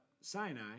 Sinai